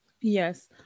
Yes